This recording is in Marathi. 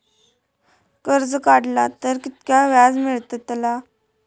कर्ज काडला तर कीतक्या व्याज मेळतला?